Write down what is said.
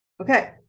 Okay